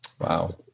Wow